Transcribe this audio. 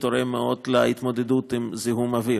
תורם מאוד להתמודדות עם זיהום האוויר,